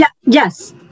Yes